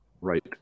right